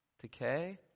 decay